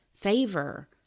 favor